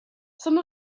some